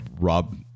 Rob